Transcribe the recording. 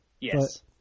Yes